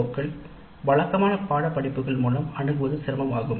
ஓக்கள் வழக்கமான பாடத்திட்டத்தில் இருக்கும் படிப்புகள் மூலம் அணுகுவது சிரமமாகும்